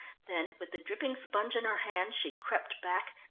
then with the dripping sponge in her hand, she crept back,